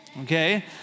Okay